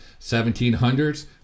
1700s